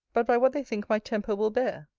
but by what they think my temper will bear.